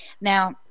now